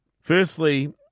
Firstly